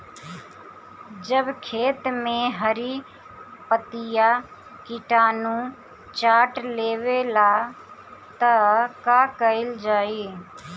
जब खेत मे हरी पतीया किटानु चाट लेवेला तऽ का कईल जाई?